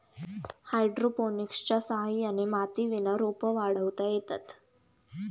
हायड्रोपोनिक्सच्या सहाय्याने मातीविना रोपं वाढवता येतात